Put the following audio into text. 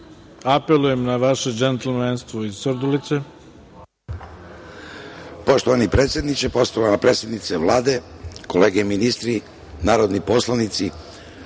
Tončev. Apelujem na vaše džentlmenstvo iz Surdulice.